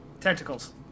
Tentacles